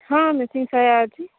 ହଁ ମ୍ୟାଚିଙ୍ଗ ସାୟା ଅଛି